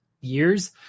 years